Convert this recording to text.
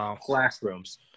classrooms